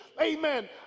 amen